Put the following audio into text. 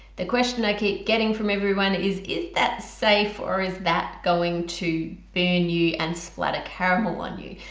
the question i keep getting from everyone is is that safe or is that going to burn you and splatter caramel on you.